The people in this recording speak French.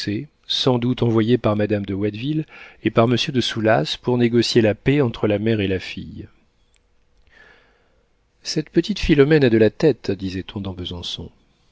sans doute envoyé par madame de watteville et par monsieur de soulas pour négocier la paix entre la mère et la fille cette petite philomène a de la tête disait-on dans besançon